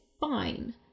fine